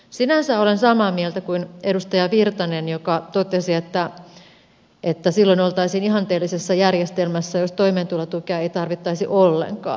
sinänsä olen samaa mieltä kuin edustaja virtanen joka totesi että silloin oltaisiin ihanteellisessa järjestelmässä jos toimeentulotukea ei tarvittaisi ollenkaan